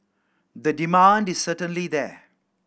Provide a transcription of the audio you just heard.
the demand is certainly there